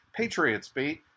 PATRIOTSBEAT